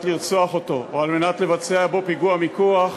לרצוח אותו או על מנת לבצע בו פיגוע מיקוח,